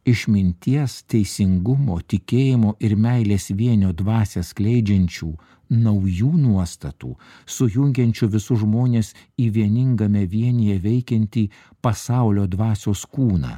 išminties teisingumo tikėjimo ir meilės vienio dvasią skleidžiančių naujų nuostatų sujungiančių visus žmones į vieningame vienyje veikiantį pasaulio dvasios kūną